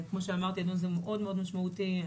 שאמרתי, הדיון הזה הוא מאוד-מאוד משמעותי.